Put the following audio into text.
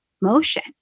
motion